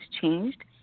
changed